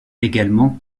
également